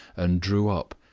and drew up,